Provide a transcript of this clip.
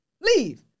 leave